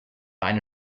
eine